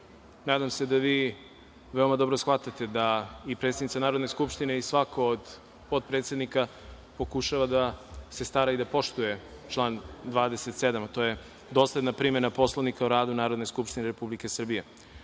nadam se da vi veoma dobro shvatate da i predsednica Narodne skupštine i svako od potpredsednika pokušava da se stara i poštuje član 27, a to je dosledna primena Poslovnika o radu Narodne skupštine Republike